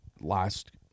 last